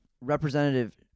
representative